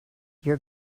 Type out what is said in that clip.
your